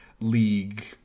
League